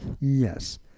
Yes